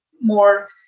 more